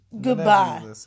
Goodbye